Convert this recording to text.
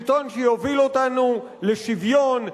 שלטון שיוביל אותנו לשוויון,